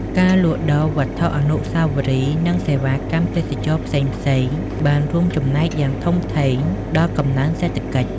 ការលក់ដូរវត្ថុអនុស្សាវរីយ៍ និងសេវាកម្មទេសចរណ៍ផ្សេងៗ បានរួមចំណែកយ៉ាងធំធេងដល់កំណើនសេដ្ឋកិច្ច។